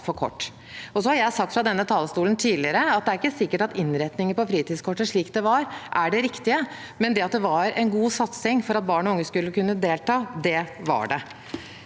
Jeg har tidligere fra denne talerstolen sagt at det er ikke sikkert at innretningen på fritidskortet, slik det var, var riktig, men at det var en god satsing for at barn og unge skulle kunne delta, det var det.